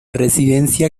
residencia